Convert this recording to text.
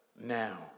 now